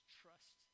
trust